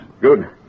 Good